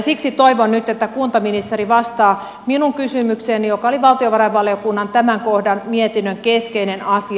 siksi toivon nyt että kuntaministeri vastaa minun kysymykseeni joka oli valtiovarainvaliokunnan tämän kohdan mietinnön keskeinen asia